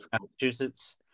Massachusetts